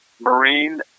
marine